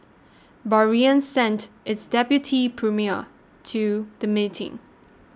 Bahrain sent its deputy premier to the meeting